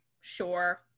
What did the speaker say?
Sure